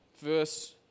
verse